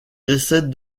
décède